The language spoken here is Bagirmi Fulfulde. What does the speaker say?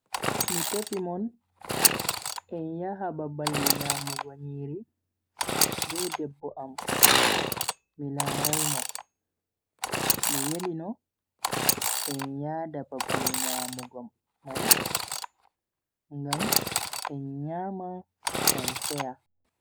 Mi tefi mon en yaha babal nyamugo nyiri be debbo am mi larai mon. mis yeli no en yada babal nyamugo mai ngam en nyama en seya.